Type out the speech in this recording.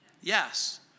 Yes